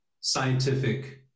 scientific